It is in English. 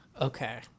okay